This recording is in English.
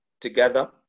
together